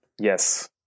Yes